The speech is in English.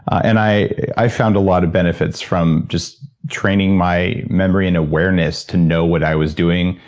and i i found a lot of benefits from just training my memory and awareness to know what i was doing,